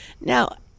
Now